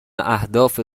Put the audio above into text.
اهداف